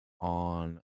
on